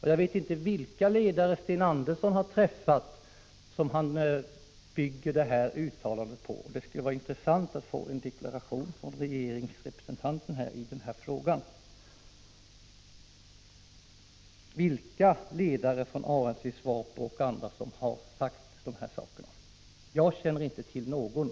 Jag vet inte vilka ledare som Sten Andersson har träffat — det skulle vara intressant att få en deklaration härom från regeringens representant i den här debatten. Vilka ledare från ANC, SWAPO och andra organisationer har sagt något sådant? Jag känner inte till någon.